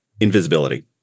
Invisibility